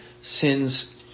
sins